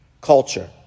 culture